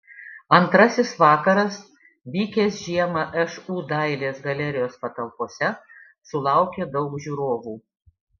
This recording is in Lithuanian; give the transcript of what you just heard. antrasis vakaras vykęs žiemą šu dailės galerijos patalpose sulaukė daug žiūrovų